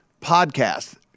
podcast